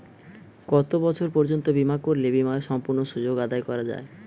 কত বছর পর্যন্ত বিমা করলে বিমার সম্পূর্ণ সুযোগ আদায় করা য়ায়?